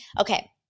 Okay